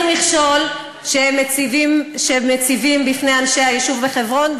מכשול שהם מציבים בפני היישוב בחברון,